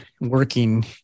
working